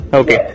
okay